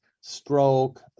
stroke